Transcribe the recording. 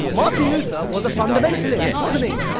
martin luther was a fundamentalist, wasn't he?